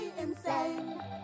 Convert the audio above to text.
insane